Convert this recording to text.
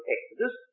Exodus